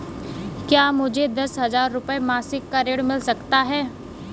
क्या मुझे दस हजार रुपये मासिक का ऋण मिल सकता है?